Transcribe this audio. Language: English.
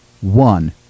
one